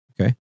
Okay